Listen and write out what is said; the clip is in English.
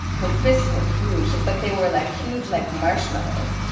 her fists were huge, but they were like huge, like marshmallows.